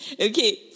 Okay